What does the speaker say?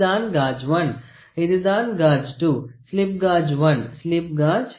இதுதான் காஜ் 1 இதுதான் காஜ் 2 ஸ்லிப் காஜ் 1 ஸ்லிப் காஜ் 2